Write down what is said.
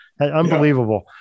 Unbelievable